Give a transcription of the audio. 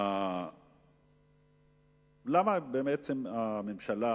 למה הממשלה